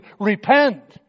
Repent